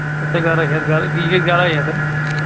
اچھا گرٛیاے ہیٚتھ گرٛٲے بیٚیہِ گٔیہِ گرٛٲے ہیٚتھ